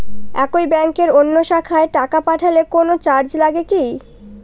একই ব্যাংকের অন্য শাখায় টাকা পাঠালে কোন চার্জ লাগে কি?